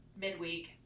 midweek